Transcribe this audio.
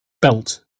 belt